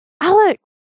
Alex